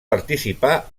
participar